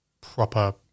proper